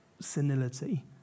senility